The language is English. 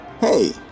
Hey